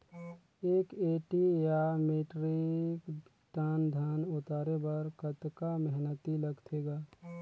एक एम.टी या metric ton धन उतारे बर कतका मेहनती लगथे ग?